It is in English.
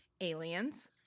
aliens